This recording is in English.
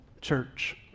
church